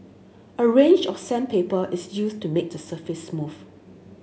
a range of sandpaper is used to make the surface smooth